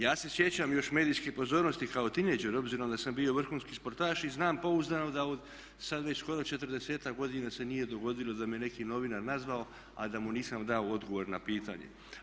Ja se sjećam još medijske pozornosti kao teenager obzirom da sam bio vrhunski sportaš i znam pouzdano da sada već skoro 40-ak godina se nije dogodilo da me neki novinar nazvao a da mu nisam dao odgovor na pitanje.